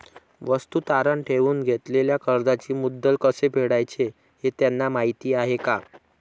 वस्तू तारण ठेवून घेतलेल्या कर्जाचे मुद्दल कसे फेडायचे हे त्यांना माहीत आहे का?